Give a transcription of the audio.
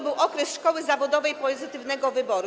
Był to okres szkoły zawodowej pozytywnego wyboru.